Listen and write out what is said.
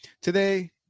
today